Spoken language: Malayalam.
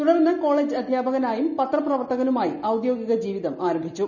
തുടർന്ന് കോളേജ് അദ്ധ്യാപകനായും പത്രപ്രവർ ത്തകനുമായി ഔദ്യോഗികൃ ്ജീവിതം ആരംഭിച്ചു